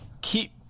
Keep